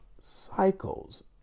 cycles